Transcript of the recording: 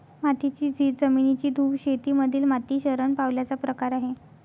मातीची झीज, जमिनीची धूप शेती मधील माती शरण पावल्याचा प्रकार आहे